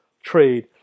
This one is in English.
trade